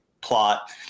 plot